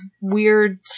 weird